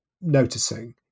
noticing